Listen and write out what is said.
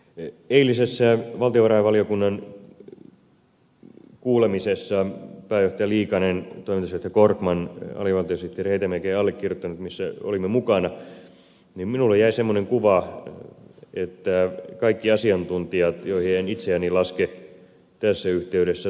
eilisessä valtiovarainvaliokunnan kuulemisessa missä pääjohtaja liikanen toimitusjohtaja korkman alivaltiosihteeri hetemäki ja allekirjoittanut olimme mukana minulle jäi semmoinen kuva että kaikki asiantuntijat joihin en itseäni laske tässä yhteydessä tukivat tätä päätöstä